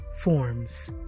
forms